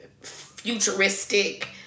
futuristic